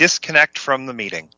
disconnect from the meeting